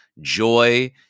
joy